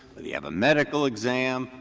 whether you have a medical exam,